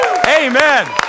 Amen